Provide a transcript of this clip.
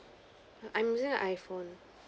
err I'm using an iphone